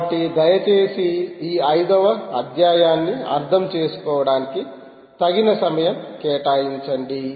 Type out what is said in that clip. కాబట్టి దయచేసి ఈ 5 వ అధ్యాయాన్ని అర్థం చేసుకోవడానికి తగిన సమయం కేటాయించండి